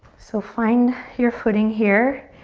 so find your footing here.